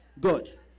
Good